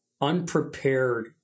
unprepared